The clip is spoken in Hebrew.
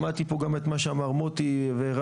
שמעתי פה גם את מה שאמר מוטי והראה